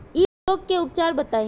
इ रोग के उपचार बताई?